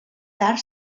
tard